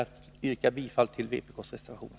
Jag yrkar bifall till vpk:s reservationer.